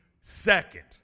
second